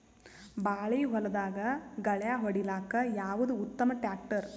ಬಾಳಿ ಹೊಲದಾಗ ಗಳ್ಯಾ ಹೊಡಿಲಾಕ್ಕ ಯಾವದ ಉತ್ತಮ ಟ್ಯಾಕ್ಟರ್?